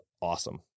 awesome